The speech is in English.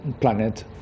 planet